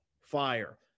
fire